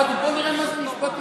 בואו נראה מה זה משפט עברי.